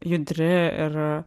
judri ir